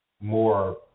more